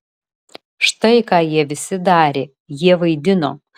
štai ką jie visi darė jie vaidino